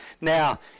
Now